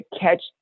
catch